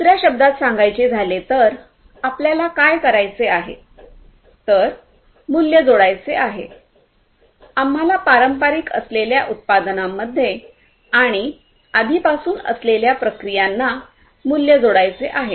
दुसऱ्या शब्दांत सांगायचे झाले तर आपल्याला काय करायचे आहे तर मूल्य जोडायचे आहे आम्हाला पारंपारिक असलेल्या उत्पादनांमध्ये आणि आधीपासून असलेल्या प्रक्रियांना मूल्य जोडायचे आहे